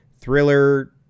Thriller